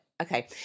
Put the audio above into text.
Okay